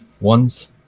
ones